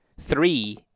three